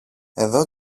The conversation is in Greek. εδώ